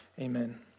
Amen